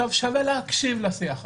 שווה להקשיב לשיח הזה.